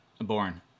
born